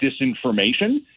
disinformation